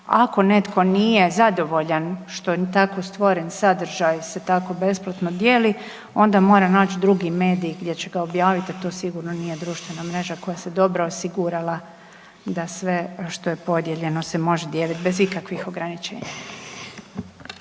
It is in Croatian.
Ako netko nije zadovoljan što tako stvoren sadržaj se tako besplatno dijeli onda mora naći drugi medij gdje će ga objaviti, a to sigurno nije društvena mreža koja se dobro osigurala da sve što je podijeljeno se može dijeliti bez ikakvih ograničenja.